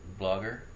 blogger